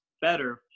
better